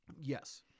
Yes